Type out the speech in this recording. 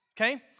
okay